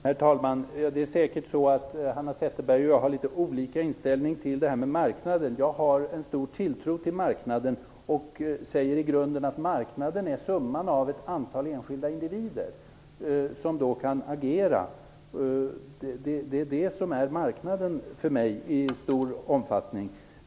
Herr talman! Det är säkert så att Hanna Zetterberg och jag har litet olika inställning till marknaden. Jag har en stor tilltro till marknaden och säger i grunden att marknaden är summan av ett antal enskilda individer som kan agera. Det är det som är marknaden för mig i stor omfattning.